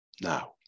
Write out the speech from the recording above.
Now